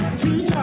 two